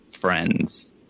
friends